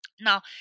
Now